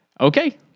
Okay